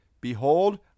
behold